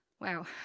Wow